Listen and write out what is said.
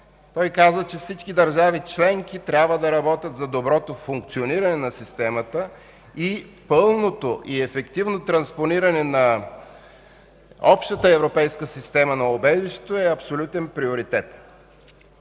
Той каза, че всички държави членки трябва да работят за доброто функциониране на системата и че пълното и ефективно транспониране на общата европейска система за убежището е абсолютен приоритет.